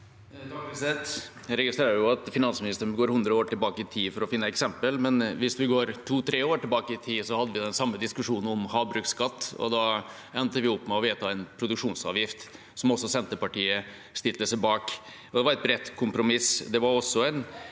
Jeg registrerer at finans- ministeren går 100 år tilbake i tid for å finne eksempler. Hvis man går to–tre år tilbake i tid, hadde vi den samme diskusjonen om havbruksskatt, og da endte vi opp med å vedta en produksjonsavgift, som også Senterpartiet stilte seg bak. Det var et bredt kompromiss.